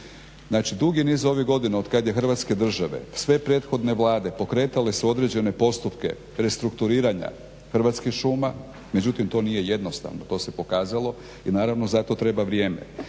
Znači dugi niz ovih godina otkad je hrvatske države, sve prethodne Vlade pokretale su određene postupke restrukturiranja Hrvatskih šuma. Međutim to nije jednostavno. To se pokazalo i naravno zato treba vrijeme.